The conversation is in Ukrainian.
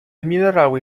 мінерали